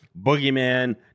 boogeyman